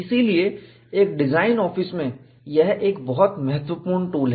इसलिए एक design office में यह एक बहुत महत्वपूर्ण टूल है